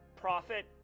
profit